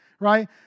Right